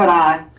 aye.